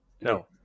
No